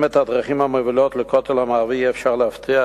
אם את הדרכים המובילות לכותל המערבי אי-אפשר לאבטח,